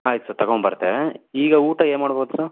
ಆಯ್ತು ಸರ್ ತೊಗೊಂಡ್ಬರ್ತೇವೆ ಈಗ ಊಟ ಏನ್ ಮಾಡ್ಬೋದು ಸರ್